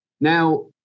now